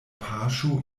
paŝo